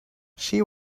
she